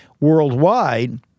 worldwide